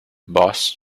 boss